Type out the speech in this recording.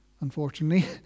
unfortunately